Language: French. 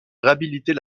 réhabiliter